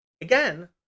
again